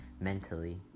mentally